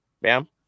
Bam